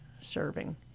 serving